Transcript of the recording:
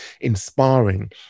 inspiring